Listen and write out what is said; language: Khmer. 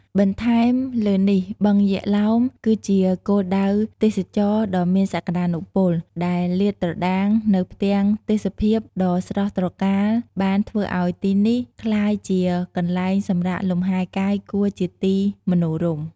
បន្ថែមលើនេះបឹងយក្សឡោម គឺជាគោលដៅទេសចរណ៍ដ៏មានសក្ដានុពល ដែលលាតត្រដាងនូវផ្ទាំងទេសភាពដ៏ស្រស់ត្រកាល បានធ្វើឲ្យទីនេះ ក្លាយជាកន្លែងសម្រាកលំហែកាយគួរជាទីមនោរម្យ។